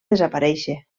desaparèixer